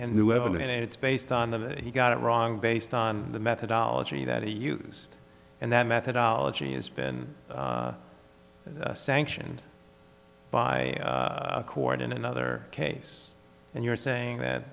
level and it's based on them and he got it wrong based on the methodology that he used and that methodology has been sanctioned by a court in another case and you're saying that